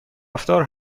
رفتار